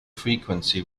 frequency